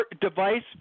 device